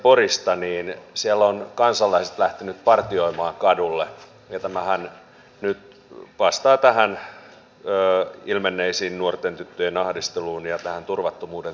siellä ovat kansalaiset lähteneet partioimaan kadulle ja tämähän nyt vastaa näihin ilmenneisiin nuorten tyttöjen ahdisteluun ja tähän turvattomuuden tunteeseen